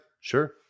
sure